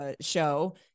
show